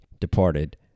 departed